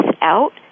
out